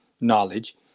knowledge